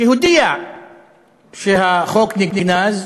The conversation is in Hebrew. שהודיע שהחוק נגנז,